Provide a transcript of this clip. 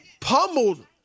pummeled